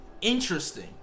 interesting